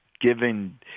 giving